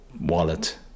wallet